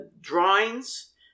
drawings